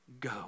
go